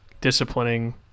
disciplining